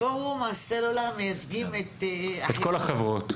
פורום הסלולר מייצגים את כל החברות.